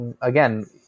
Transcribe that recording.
again